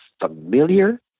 familiar